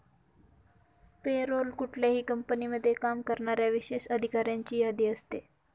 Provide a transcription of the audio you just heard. पे role कुठल्याही कंपनीमध्ये काम करणाऱ्या विशेष अधिकाऱ्यांची यादी असते